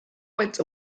went